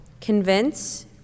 convince